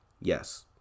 yes